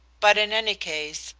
but in any case,